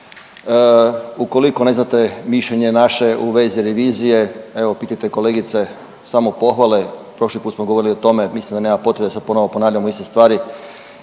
ukoliko ne znate mišljenje naše u vezi revizije evo pitajte kolegice samo pohvale. Prošli put smo govorili o tome. Mislim da nema potrebe da sad ponovo ponavljamo iste stvari.